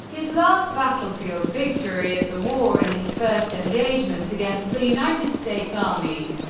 his last battlefield victory of the war, and his first engagement against the united states army.